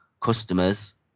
customers